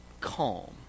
calm